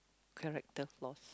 character flaws